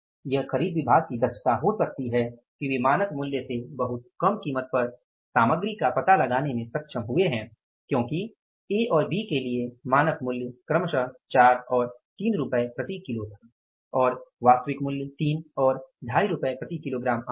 यह खरीद विभाग की दक्षता हो सकती है कि वे मानक मूल्य से बहुत कम कीमत पर सामग्री का पता लगाने में सक्षम हुए है क्योंकि ए और बी के लिए मानक मूल्य क्रमश 4 और 3 रुपये प्रति किलो था और वास्तविक मूल्य 3 और 25 रुपये प्रति किलोग्राम आया है